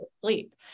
sleep